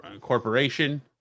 corporation